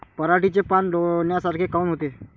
पराटीचे पानं डोन्यासारखे काऊन होते?